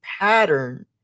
pattern